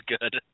good